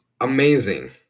Amazing